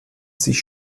sich